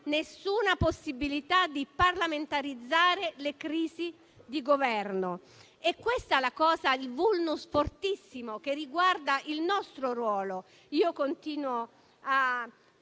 nessuna possibilità di parlamentarizzare le crisi di Governo: è questo il *vulnus* fortissimo che riguarda il nostro ruolo. Io continuo a